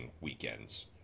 weekends